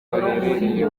baherereye